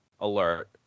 alert